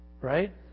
Right